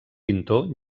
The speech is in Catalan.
pintor